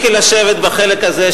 חבר הכנסת חסון,